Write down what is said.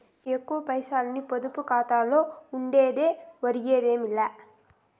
ఎక్కువ పైసల్ని పొదుపు కాతాలో ఉండనిస్తే ఒరిగేదేమీ లా